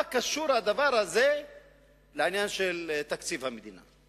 מה קשור הדבר הזה הדבר הזה לעניין של תקציב המדינה?